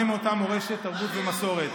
כולנו באים מאותה מורשת, תרבות ומסורת.